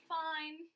fine